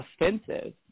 offensive